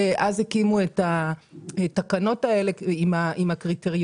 אז הקימו את התקנות האלה עם הקריטריונים.